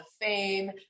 Fame